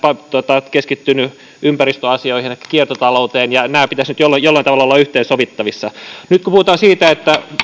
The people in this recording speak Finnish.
keskittynyt ympäristöasioihin elikkä kiertotalouteen niin näiden pitäisi nyt jollain tavalla olla yhteensovitettavissa nyt kun puhutaan siitä